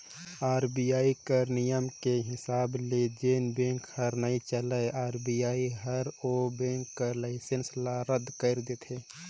RBI कर नियम के हिसाब ले जेन बेंक हर नइ चलय आर.बी.आई हर ओ बेंक कर लाइसेंस ल रद कइर देथे